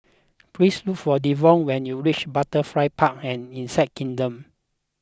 please look for Devon when you reach Butterfly Park and Insect Kingdom